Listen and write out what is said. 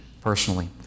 personally